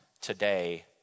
today